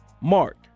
Mark